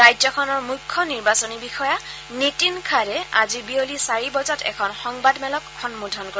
ৰাজ্যখনৰ মুখ্য নিৰ্বাচনী বিষয়া নীতিন খাড়ে আজি বিয়লি চাৰি বজাত এখন সংবাদমেলক সম্বোধন কৰিব